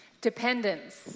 Dependence